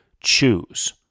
choose